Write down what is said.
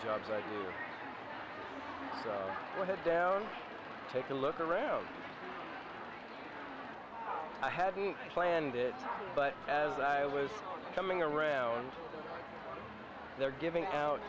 head down take a look around i hadn't planned it but as i was coming around they're giving out